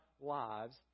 lives